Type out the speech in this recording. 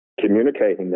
communicating